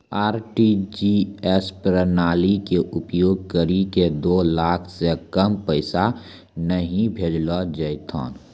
RTGS प्रणाली के उपयोग करि के दो लाख से कम पैसा नहि भेजलो जेथौन